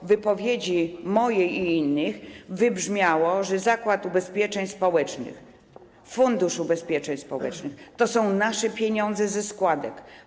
W wypowiedziach mojej i innych wybrzmiało, że Zakład Ubezpieczeń Społecznych, Fundusz Ubezpieczeń Społecznych to są nasze pieniądze ze składek.